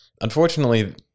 Unfortunately